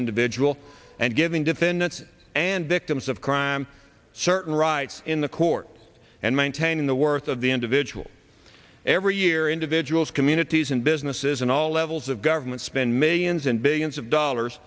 individual and giving defendants and victims of crime certain rights in the court and maintaining the worth of the individual every year individuals communities and businesses and all levels of government spend millions and billions of dollars